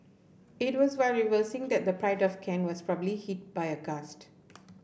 it was while reversing that the Pride of Kent was probably hit by a gust